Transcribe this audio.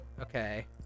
Okay